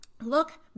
look